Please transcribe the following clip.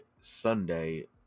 Sunday